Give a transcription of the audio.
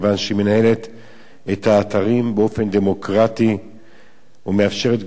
את האתרים באופן דמוקרטי ומאפשרת גישה חופשית לכל הדתות.